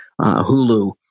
Hulu